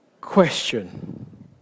question